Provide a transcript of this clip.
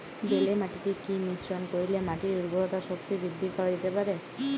বেলে মাটিতে কি মিশ্রণ করিলে মাটির উর্বরতা শক্তি বৃদ্ধি করা যেতে পারে?